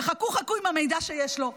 וחכו חכו עם המידע שיש לו.